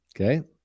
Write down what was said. Okay